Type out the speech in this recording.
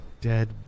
Dead